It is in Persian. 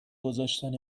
گذاشتن